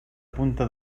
punta